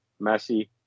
Messi